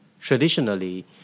traditionally